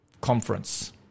conference